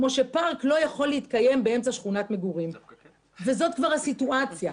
כמו שפארק לא יכול להתקיים באמצע שכונת מגורים וזאת כבר הסיטואציה.